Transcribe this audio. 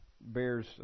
bears